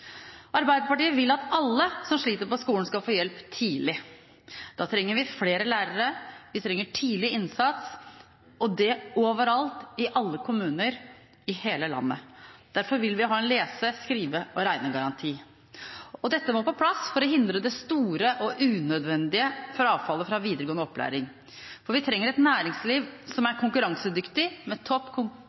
Arbeiderpartiet vil at alle som sliter på skolen, skal få hjelp tidlig. Da trenger vi flere lærere. Vi trenger tidlig innsats, og det over alt, i alle kommuner, i hele landet. Derfor vil vi ha en lese-, skrive- og regnegaranti. Dette må på plass for å hindre det store og unødvendige frafallet fra videregående opplæring. For vi trenger et næringsliv som er konkurransedyktig, med topp